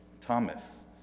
Thomas